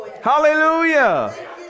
Hallelujah